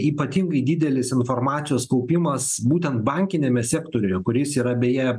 ypatingai didelis informacijos kaupimas būtent bankiniame sektoriuje kuris yra beje